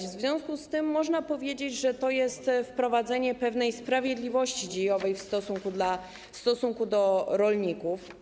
W związku z tym można powiedzieć, że to jest wprowadzenie pewnej sprawiedliwości dziejowej w stosunku do rolników.